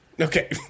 Okay